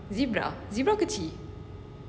zebra zebra kecil